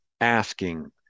asking